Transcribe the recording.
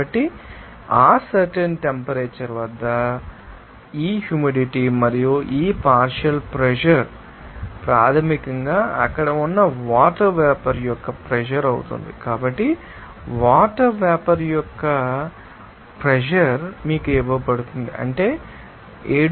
కాబట్టి ఆ certain temperature వద్ద ఈ హ్యూమిడిటీ మరియు ఈ పార్షియల్ ప్రెషర్ ప్రాథమికంగా అక్కడ ఉన్న వాటర్ వేపర్ యొక్క ప్రెషర్ అవుతుంది కాబట్టి వాటర్ వేపర్ యొక్క వేపర్ ప్రెషర్ మీకు ఇవ్వబడుతుంది అంటే 7